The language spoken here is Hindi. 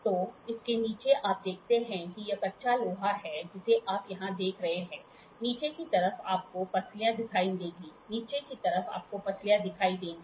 तो इसके नीचे आप देखते हैं कि यह कच्चा लोहा है जिसे आप यहाँ देख रहे हैं नीचे की तरफ आपको पसलियाँ दिखाई देंगी नीचे की तरफ आपको पसलियाँ दिखाई देंगी